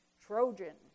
Trojan